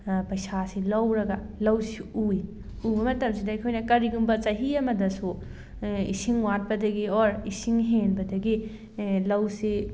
ꯄꯩꯁꯥꯁꯤ ꯂꯧꯔꯒ ꯂꯧꯁꯤ ꯎꯏ ꯎꯕ ꯃꯇꯝꯁꯤꯗ ꯑꯩꯈꯣꯏꯅ ꯀꯔꯤꯒꯨꯝꯕ ꯆꯍꯤ ꯑꯃꯗꯁꯨ ꯏꯁꯤꯡ ꯋꯥꯠꯄꯗꯒꯤ ꯑꯣꯔ ꯏꯁꯤꯡ ꯍꯦꯟꯕꯗꯒꯤ ꯂꯧꯁꯤ